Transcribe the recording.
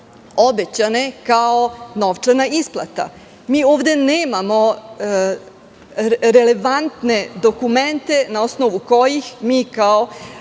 obećane kao novčana isplata? Mi ovde nemamo relevantne dokumente na osnovu kojih mi kao